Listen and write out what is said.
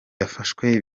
yafashwe